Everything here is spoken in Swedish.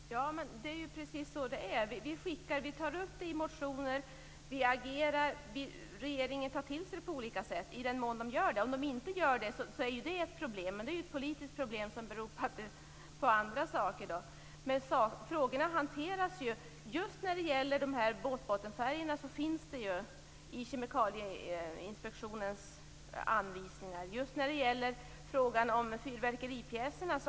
Fru talman! Det är precis så det är. Vi tar upp frågorna i motioner. Vi agerar. Regeringen tar till sig det vi gör på olika sätt. Om regeringen inte gör det är det ett problem, men det är ett politiskt problem som beror på andra saker. Men frågorna hanteras. Just när det gäller dessa båtbottenfärger finns det anvisningar från Kemikalieinspektionen. Det har gjorts en utredning om frågan om fyrverkeripjäser.